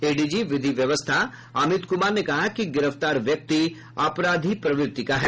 ADG विधि व्यवस्था अमित कुमार ने कहा कि गिरफ्तार व्यक्ति अपराधी प्रवृति का है